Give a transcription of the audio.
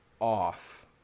off